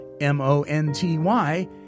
M-O-N-T-Y